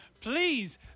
Please